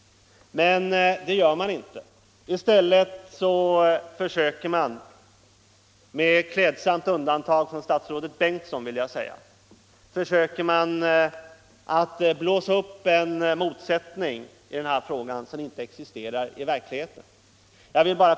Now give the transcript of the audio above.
Men det har man inte gjort. I stället försöker man nu — jag vill säga med statsrådet Bengtsson som klädsamt undantag — att blåsa upp en motsättning i denna fråga som inte existerar i verkligheten.